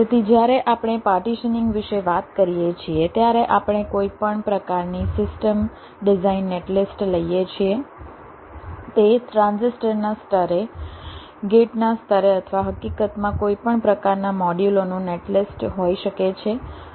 તેથી જ્યારે આપણે પાર્ટીશનીંગ વિશે વાત કરીએ છીએ ત્યારે આપણે કોઈપણ પ્રકારની સિસ્ટમ ડિઝાઇન નેટલિસ્ટ લઈએ છીએ તે ટ્રાન્ઝિસ્ટર ના સ્તરે ગેટના સ્તરે અથવા હકીકતમાં કોઈપણ પ્રકારના મોડ્યુલો નું નેટલિસ્ટ હોઈ શકે છે